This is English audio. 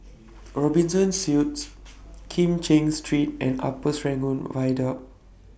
Robinson Suites Kim Cheng Street and Upper Serangoon Viaduct